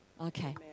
Okay